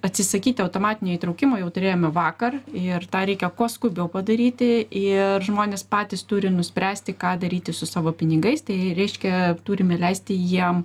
atsisakyti automatinio įtraukimo jau turėjome vakar ir tą reikia kuo skubiau padaryti ir žmonės patys turi nuspręsti ką daryti su savo pinigais tai reiškia turime leisti jiem